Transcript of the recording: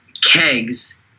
kegs